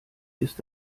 ist